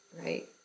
right